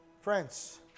Friends